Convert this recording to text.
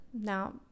Now